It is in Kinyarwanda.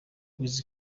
wiz